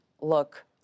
look